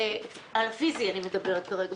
כבוד היושב-ראש, אני מנהל האגף להכשרה מקצועית.